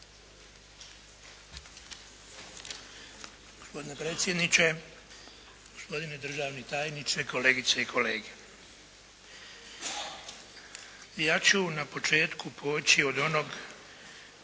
Gospodine predsjedniče, gospodine dražvni tajniče, kolegice i kolege. Ja ću na početku poći od onog